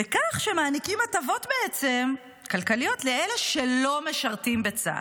בכך שמעניקים הטבות כלכליות בעצם לאלה שלא משרתים בצה"ל,